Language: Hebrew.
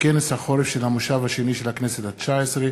בכנס החורף של המושב השני של הכנסת התשע-עשרה